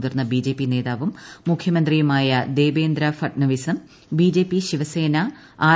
മുതിർ ്യൂ ബിജെപി നേതാവും മുഖ്യമന്ത്രിയുമായ ദേഷ്യേക്രൂ ഫട്നവിസും ബിജെപി ശിവസേന ആർ